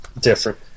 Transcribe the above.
different